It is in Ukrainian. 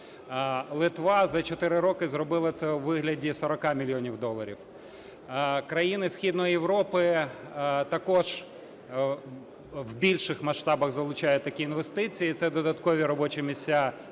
Литва за 4 роки зробила це у вигляді 40 мільйонів доларів. Країни Східної Європи також в більших масштабах залучають такі інвестиції. Це додаткові робочі місця